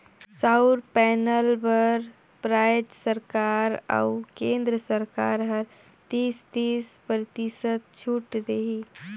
सउर पैनल बर रायज सरकार अउ केन्द्र सरकार हर तीस, तीस परतिसत छूत देही